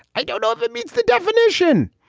i don't know if it meets the definition.